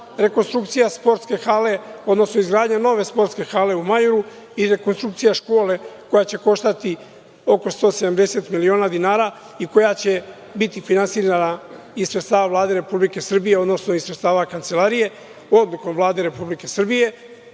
rekonstrukcija sportske hale, odnosno izgradnja nove sportske hale i rekonstrukcija škole koja će koštati oko 170 miliona dinara i koja će biti finansirana iz sredstava Vlade Republike Srbije, odnosno iz sredstava kancelarije odlukom Vlade Republike Srbije.